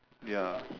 ya